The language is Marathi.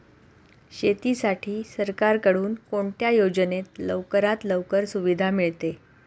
शेतीसाठी सरकारकडून कोणत्या योजनेत लवकरात लवकर सुविधा मिळते?